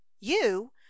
You